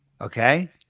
Okay